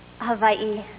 Hawaii